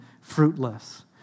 fruitless